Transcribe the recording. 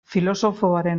filosofoaren